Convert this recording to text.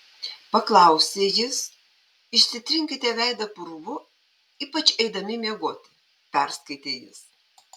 paklausė jis išsitrinkite veidą purvu ypač eidami miegoti perskaitė jis